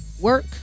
work